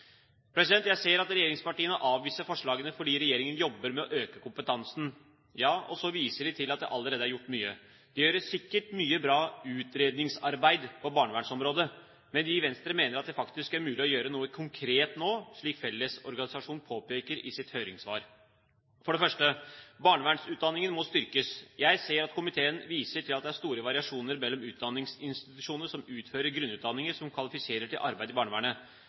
Jeg ser at regjeringspartiene avviser forslagene fordi regjeringen jobber med å øke kompetansen. Ja, og så viser de til at det allerede er gjort mye. Det gjøres sikkert mye bra utredningsarbeid på barnevernsområdet, men vi i Venstre mener at det faktisk er mulig å gjøre noe konkret nå, slik Fellesorganisasjonen påpeker i sitt høringssvar. For det første: Barnevernsutdanningen må styrkes. Jeg ser at komiteen viser til at det er store variasjoner mellom utdanningsinstitusjoner som utfører grunnutdanninger som kvalifiserer til arbeid i barnevernet.